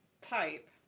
type